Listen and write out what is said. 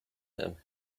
him